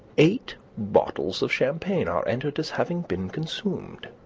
eight bottles of champagne are entered as having been consumed.